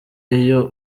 iyo